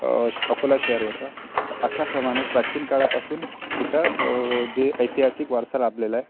श अकोला शहर होतं तर अशाप्रमाणे प्राचीन काळापासून इथं व जे ऐतिहासिक वारसा लाभलेला आहे